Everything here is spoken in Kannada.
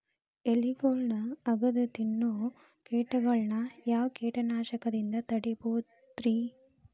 ಎಲಿಗೊಳ್ನ ಅಗದು ತಿನ್ನೋ ಕೇಟಗೊಳ್ನ ಯಾವ ಕೇಟನಾಶಕದಿಂದ ತಡಿಬೋದ್ ರಿ?